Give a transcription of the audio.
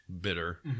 bitter